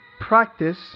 Practice